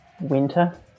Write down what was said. winter